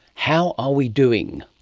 how are we doing?